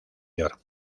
york